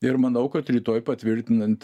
ir manau kad rytoj patvirtinant